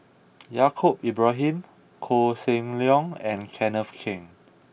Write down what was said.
Yaacob Ibrahim Koh Seng Leong and Kenneth Keng